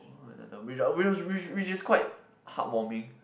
why ah which which is quite heartwarming